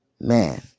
man